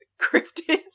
cryptids